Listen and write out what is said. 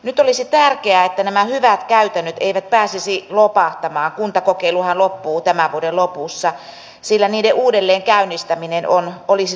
nyt olisi se että niin sanotut hyvät käytännöt eivät pääsisi lopahtamaan kuntakokeiluhan loppuu tämän vuoden lopussa sillä niiden uudelleenkäynnistäminen olisi